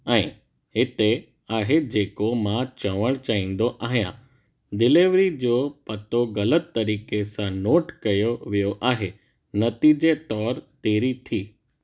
ऐं हिते आहे जेको मां चवणु चाहींदो आहियां डिलेविरी जो पतो ग़लति तरीक़े सां नोट कयो वियो आहे नतीजे तौर तेरी थी